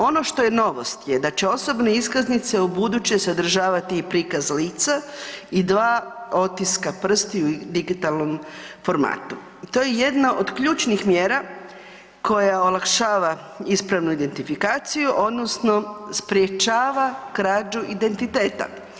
Ono što je novost je da će osobne iskaznice ubuduće sadržati i prikaz lica i dva otiska prstiju u digitalnom formatu i to jedna od ključnih mjera koja olakšava ispravnu identifikaciju odnosno sprječava krađu identiteta.